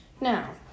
Now